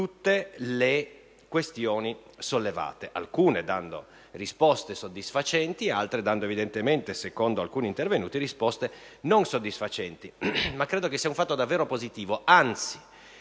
tutte le questioni sollevate, dando ad alcune risposte soddisfacenti, ad altre, evidentemente, secondo alcuni intervenuti, risposte non soddisfacenti. Ma credo che sia un fatto davvero positivo.